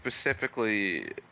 specifically